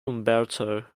umberto